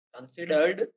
Considered